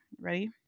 ready